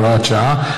הוראת שעה),